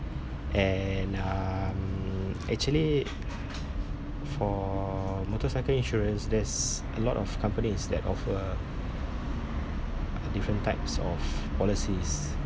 and um actually for motorcycle insurance there's a lot of companies that offer different types of policies